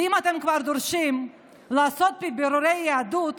ואם אתם כבר דורשים לעשות בירורי יהדות,